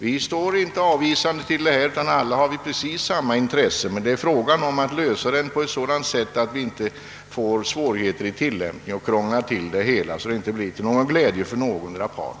Vi ställer oss inte avvisande — alla har precis samma intresse — men det gäller att lösa problemet så, att vi inte krånglar till saken och får svårigheter i tillämpningen, eftersom det inte blir till glädje för någon part.